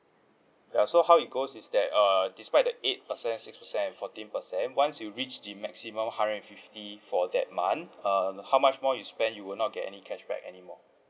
ya so how it goes is that err despite the eight percent six percent and fourteen percent once you reached the maximum hundred and fifty for that month err how much more you spend you will not get any cashback anymore